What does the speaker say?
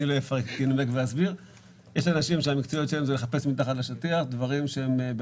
יש אנשים שהמקצועיות שלהם היא לחפש מתחת לשטיח לקונות,